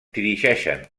dirigeixen